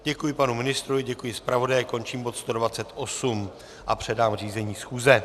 Děkuji panu ministrovi, děkuji zpravodaji, končím bod 128 a předám řízení schůze.